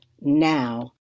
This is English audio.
now